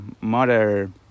mother